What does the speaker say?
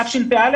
מתווספים.